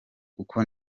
kuko